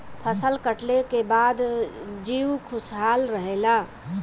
फसल कटले के बाद जीउ खुशहाल रहेला